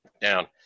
down